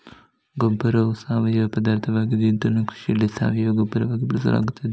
ಗೊಬ್ಬರವು ಸಾವಯವ ಪದಾರ್ಥವಾಗಿದ್ದು ಇದನ್ನು ಕೃಷಿಯಲ್ಲಿ ಸಾವಯವ ಗೊಬ್ಬರವಾಗಿ ಬಳಸಲಾಗುತ್ತದೆ